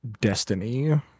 Destiny